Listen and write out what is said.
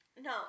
No